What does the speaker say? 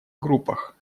группах